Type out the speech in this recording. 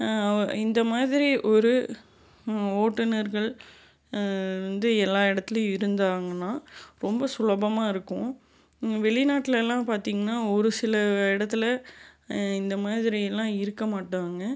அ இந்த மாதிரி ஒரு ஓட்டுநர்கள் வந்து எல்லாம் இடத்துலையும் இருந்தாங்கன்னா ரொம்ப சுலபமாக இருக்கும் வெளிநாட்லலாம் பார்த்திங்கன்னா ஒரு சில இடத்துல இந்த மாதிரியெல்லாம் இருக்க மாட்டாங்கள்